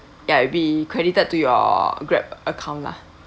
ya it'll be credited to your grab account lah